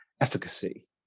efficacy